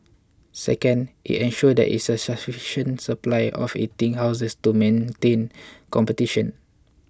second it ensures there is a sufficient supply of eating houses to maintain competition